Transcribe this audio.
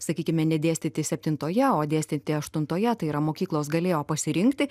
sakykime nedėstyti septintoje o dėstyti aštuntoje tai yra mokyklos galėjo pasirinkti